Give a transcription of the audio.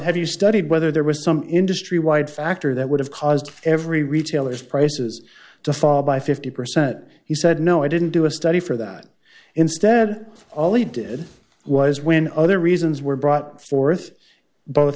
have you studied whether there was some industry wide factor that would have caused every retailers prices to fall by fifty percent he said no i didn't do a study for that instead all he did was when other reasons were brought forth both